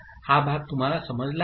हा भाग तुम्हाला समजला आहे